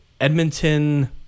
Edmonton